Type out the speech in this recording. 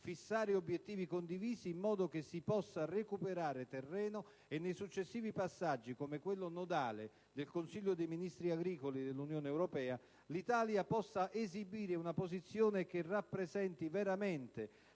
fissare obiettivi condivisi in modo che si possa recuperare terreno e, nei successivi passaggi, come quello nodale del Consiglio dei ministri agricoli dell'UE, l'Italia possa esibire una posizione che rappresenti veramente la migliore sintesi